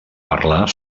parlar